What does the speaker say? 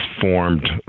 formed